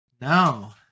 No